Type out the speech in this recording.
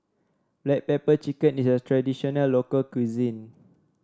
Black Pepper Chicken is a traditional local cuisine